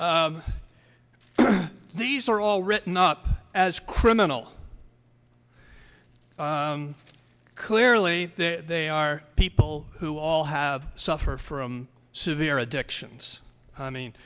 these are all written up as criminal clearly they are people who all have suffer from severe addictions i mean